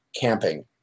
camping